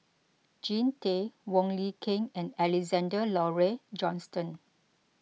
Jean Tay Wong Lin Ken and Alexander Laurie Johnston